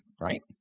right